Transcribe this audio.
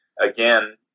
Again